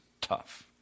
tough